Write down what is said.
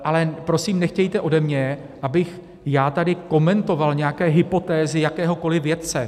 Ale prosím, nechtějte ode mě, abych já tady komentoval nějaké hypotézy jakéhokoli vědce.